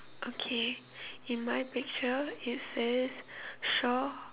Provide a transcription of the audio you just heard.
okay in my picture it says shore